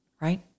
right